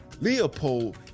Leopold